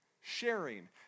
sharing